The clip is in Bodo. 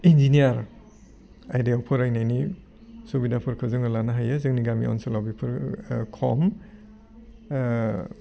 इन्जिनियार आयदायाव फरायनायनि सुबिदाफोरखौ जोङो लानो हायो जोंनि गामि ओनसोलाव बेफोर खम